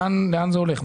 לאן זה הולך?